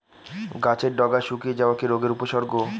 গাছের ডগা শুকিয়ে যাওয়া কি রোগের উপসর্গ?